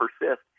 persist